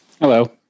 hello